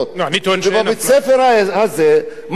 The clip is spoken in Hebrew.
בבית-הספר הזה, מה קרה?